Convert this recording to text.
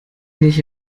nicht